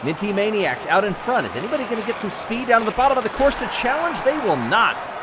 minty maniacs out in front. is anybody going to get some speed down the bottom of the course to challenge? they will not.